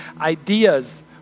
ideas